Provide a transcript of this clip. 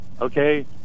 Okay